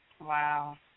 Wow